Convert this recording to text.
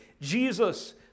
Jesus